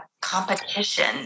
competition